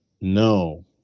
no